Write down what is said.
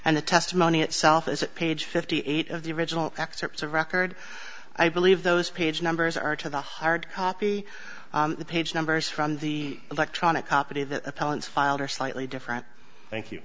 and the testimony itself is page fifty eight of the original excerpts of record i believe those page numbers are to the hard copy the page numbers from the electronic copy that appellant filed are slightly different thank you